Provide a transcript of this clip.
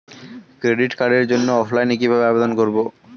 Credit কার্ডের জন্য অফলাইনে কিভাবে আবেদন করব?